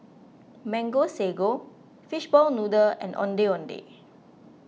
Mango Sago Fishball Noodle and Ondeh Ondeh